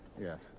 yes